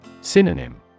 Synonym